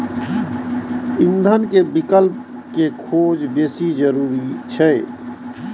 ईंधन के विकल्प के खोज बेसी जरूरी छै